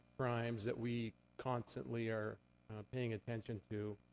crimes that we constantly are paying attention to.